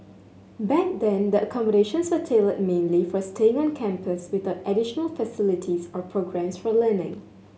back then the accommodations were tailored mainly for staying on campus without additional facilities or programmes for learning